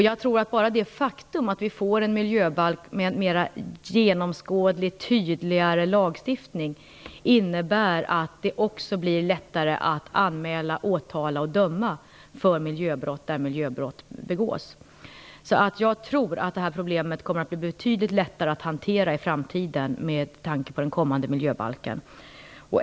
Jag tror att bara det faktum att vi får en miljöbalk med mera överskådlig och tydligare lagstiftning innebär att det också blir lättare att anmäla, åtala och döma vid miljöbrott när sådana begås. Problemet kommer alltså att bli betydligt lättare att hantera i framtiden med tanke på den kommande miljöbalken.